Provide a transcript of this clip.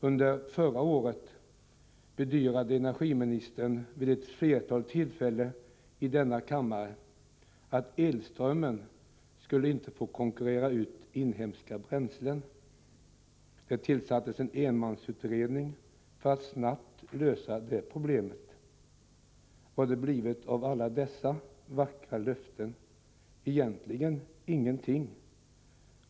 Under förra året bedyrade energiministern vid ett flertal tillfällen i denna kammare att elströmmen inte skulle få konkurrera ut inhemska bränslen. Det tillsattes en enmansutredning för att snabbt lösa det problemet. Vad har det blivit av alla dessa vackra löften? Egentligen ingenting.